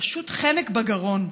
ופשוט חנק בגרון.